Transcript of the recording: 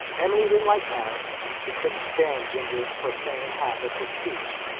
emily didn't like parrots and she couldn't stand ginger's profane habits of speech.